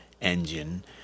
engine